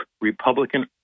Republican